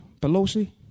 Pelosi